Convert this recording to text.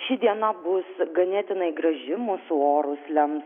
ši diena bus ganėtinai graži mūsų orus lems